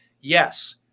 yes